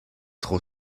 tro